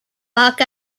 bach